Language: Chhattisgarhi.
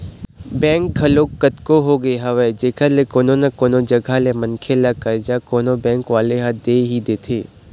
बेंक घलोक कतको होगे हवय जेखर ले कोनो न कोनो जघा ले मनखे ल करजा कोनो बेंक वाले ह दे ही देथे